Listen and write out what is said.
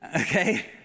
okay